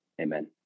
amen